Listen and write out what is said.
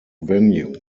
venue